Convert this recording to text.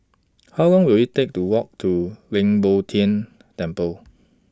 How Long Will IT Take to Walk to Leng Poh Tian Temple